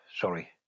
sorry